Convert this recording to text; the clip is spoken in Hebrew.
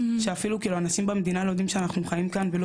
שאפילו אנשים במדינה לא יודעים שאנחנו חיים כאן ולא